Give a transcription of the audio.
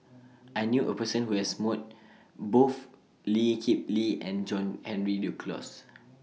I knew A Person Who has mood Both Lee Kip Lee and John Henry Duclos